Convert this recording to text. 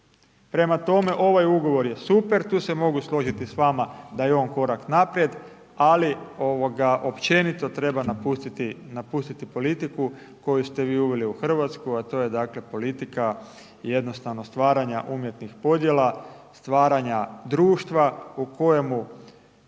Prema tome ovaj ugovor je super, tu se mogu složiti s vama da je on korak naprijed, ali ovoga općenito treba napustiti, napustiti politiku koju ste vi uveli u Hrvatsku, a to je dakle politika jednostavno stvaranja umjetnih podjela, stvaranja društva u kojemu